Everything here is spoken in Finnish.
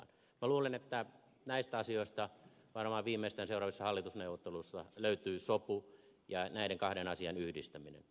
minä luulen että näistä asioista varmaan viimeistään seuraavissa hallitusneuvotteluissa löytyy sopu ja näiden kahden asian yhdistäminen